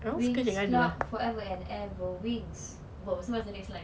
winx club forever and ever winx what's the next line